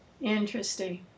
Interesting